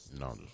No